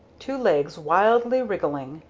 two legs wildly wriggling,